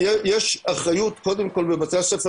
יש אחריות קודם כל בבתי הספר,